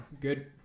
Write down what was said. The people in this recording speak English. good